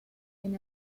sin